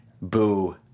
boo